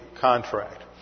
contract